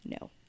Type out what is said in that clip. No